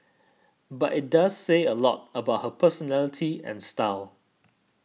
but it does say a lot about her personality and style